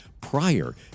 prior